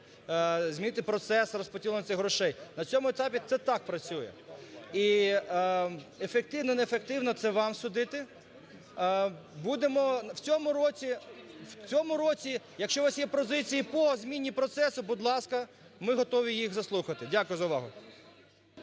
змінити процес розподілення цих грошей, на цьому етапі це так працює і ефективно, неефективно – це вам судити. Будемо в цьому році... в цьому році, якщо у вас є позиції по зміни процесу – будь ласка, ми готові їх заслухати. Дякую за увагу.